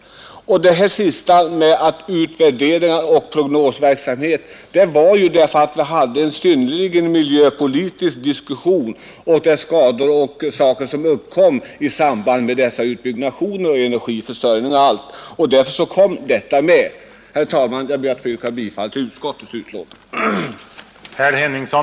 Förslaget om en utvärdering av prognosverksamheten sammanhänger med den diskussion vi hade angående miljöpolitiken och de skador som uppkommer i samband med dessa utbyggnader för energiförsörjningen. Herr talman! Jag ber att få yrka bifall till utskottets hemställan.